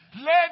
Let